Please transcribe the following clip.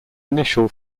initial